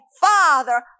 Father